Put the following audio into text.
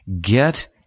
get